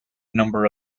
number